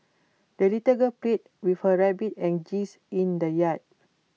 the little girl played with her rabbit and geese in the yard